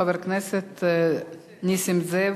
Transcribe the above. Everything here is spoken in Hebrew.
חבר הכנסת נסים זאב,